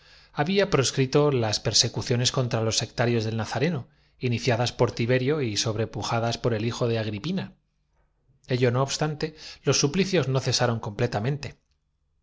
había proscrito las perse cuciones contra los sectarios del nazareno iniciadas por tiberio y sobrepujadas por el hijo de agripina ello no obstante los suplicios no cesaron